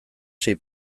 sei